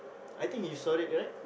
I think he saw it right